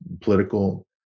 political